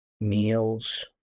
meals